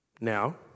Now